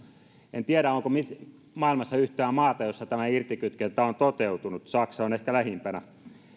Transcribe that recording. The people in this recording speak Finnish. en tiedä onko maailmassa yhtään maata jossa tämä irtikytkentä on toteutunut saksa on ehkä lähimpänä